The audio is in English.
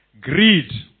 Greed